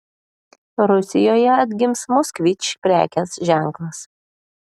rusijoje atgims moskvič prekės ženklas